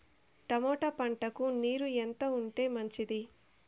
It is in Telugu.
టమోటా పంటకు నీరు ఎంత ఉంటే మంచిది?